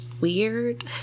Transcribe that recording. weird